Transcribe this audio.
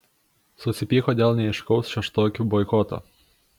susipyko dėl neaiškaus šeštokių boikoto